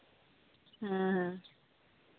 ᱦᱮᱸ ᱦᱮᱸ